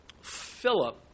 Philip